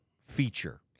feature